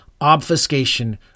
obfuscation